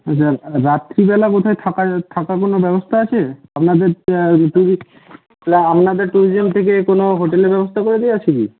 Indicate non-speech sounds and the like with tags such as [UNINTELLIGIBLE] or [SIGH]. [UNINTELLIGIBLE] রাত্রিবেলা কোথায় থাকার থাকার কোনো ব্যবস্থা আছে আপনাদের ট্যুর আপনাদের ট্যুরিজম থেকে কোনো হোটেলের ব্যবস্থা করে দেওয়া আছে কি